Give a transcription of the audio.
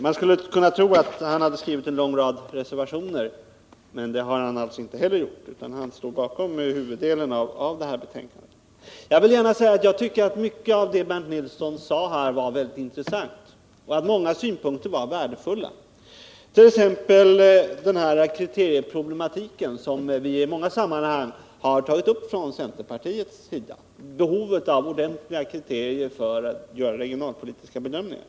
Man skulle kunna tro att han hade skrivit en lång rad reservationer, men det har han alltså inte heller gjort, utan han står bakom huvuddelen av detta betänkande. Jag vill gärna säga att jag tycker att mycket av vad Bernt Nilsson sade här var väldigt intressant och att många synpunkter var värdefulla. Det gäller t.ex. kriterieproblematiken, som vi i många sammanhang har tagit upp från centerns sida — behovet av ordentliga kriterier vid regionalpolitiska bedömningar.